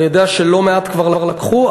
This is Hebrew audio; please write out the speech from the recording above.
אני יודע שלא מעט כבר לקחו,